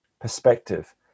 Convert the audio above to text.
perspective